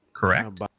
Correct